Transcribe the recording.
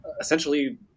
essentially